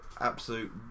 absolute